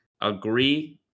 agree